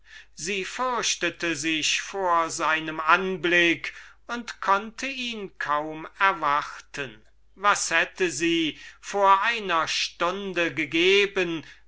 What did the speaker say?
sie fürchtete sich vor seinem anblick und konnte ihn kaum erwarten was hätte sie vor einer stunde gegeben